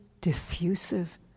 diffusive